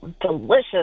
delicious